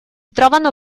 trovano